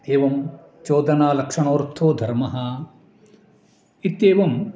एवं चोदना लक्षणोऽर्थो धर्मः इत्येवं